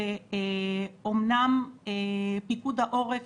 שפיקוד העורף